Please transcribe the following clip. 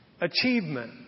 Achievement